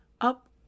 up